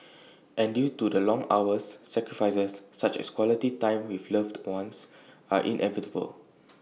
and due to the long hours sacrifices such as equality time with loved ones are inevitable